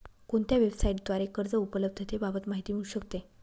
कोणत्या वेबसाईटद्वारे कर्ज उपलब्धतेबाबत माहिती मिळू शकते?